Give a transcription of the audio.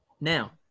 Now